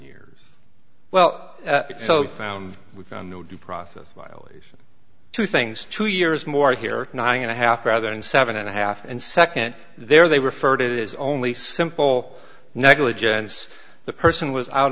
years well so found we knew due process violation two things two years more here nine and a half rather than seven and a half and second there they referred it is only simple negligence the person was out